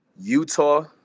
Utah